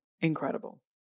incredible